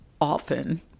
often